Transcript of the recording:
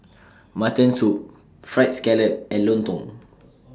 Mutton Soup Fried Scallop and Lontong